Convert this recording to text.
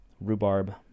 rhubarb